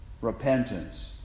repentance